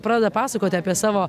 pradeda pasakoti apie savo